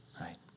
right